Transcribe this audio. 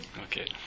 Okay